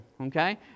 Okay